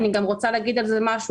אני גם רוצה להגיד על זה משהו,